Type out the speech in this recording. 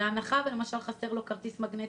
למשל, אם חסר לו כרטיס מגנטי,